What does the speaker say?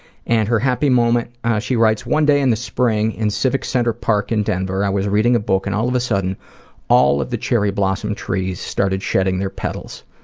and her happy moment she writes one day in the spring in civic center park in denver i was reading a book and all of the sudden all of the cherry blossom trees started shedding their petals.